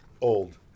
old